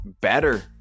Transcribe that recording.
better